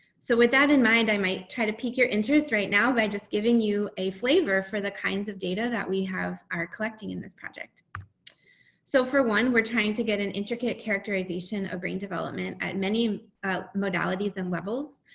so with that in mind, i might try to pique your interest right now by just giving you a flavor for the kinds of data that we have are collecting in this project. leah somerville so for one we're trying to get an intricate characterization of brain development at many modalities and levels.